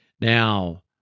Now